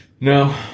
No